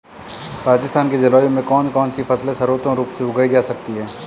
राजस्थान की जलवायु में कौन कौनसी फसलें सर्वोत्तम रूप से उगाई जा सकती हैं?